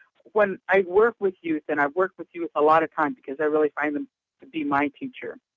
when i work with youth, and i've worked with youth a lot of times, because i really find them to be my teacher,